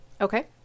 Okay